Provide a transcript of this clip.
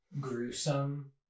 gruesome